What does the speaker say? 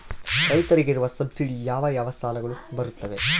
ರೈತರಿಗೆ ಇರುವ ಸಬ್ಸಿಡಿ ಯಾವ ಯಾವ ಸಾಲಗಳು ಬರುತ್ತವೆ?